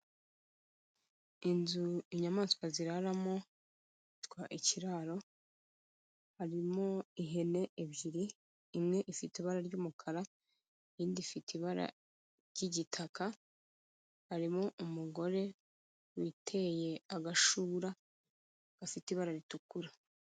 Inzu inyamaswa ziraramo yitwa ikiraro, harimo ihene ebyiri, imwe ifite ibara ry'umukara, indi ifite ibara ry'igitaka, harimo umugore witeye agashura gafite ibara ritukura.